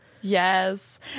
Yes